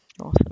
Awesome